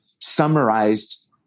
summarized